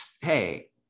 Hey